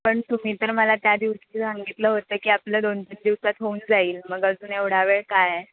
पण तुम्ही तर मला त्या दिवशी सांगितलं होतं की आपलं दोन तीन दिवसात होऊन जाईल मग अजून एवढा वेळ काय आहे